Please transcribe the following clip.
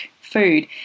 food